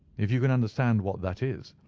if you can understand what that is.